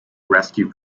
rescue